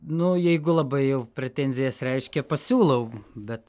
nuo jeigu labai jau pretenzijas reiškia pasiūlau bet